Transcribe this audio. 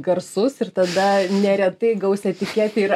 garsus ir tada neretai gausi etiketę ir